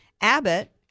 Abbott